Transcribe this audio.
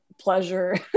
pleasure